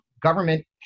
government